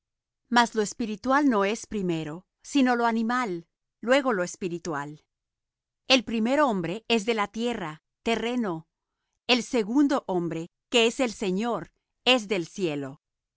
mas lo espiritual no es primero sino lo animal luego lo espiritual el primer hombre es de la tierra terreno el segundo hombre que es el señor es del cielo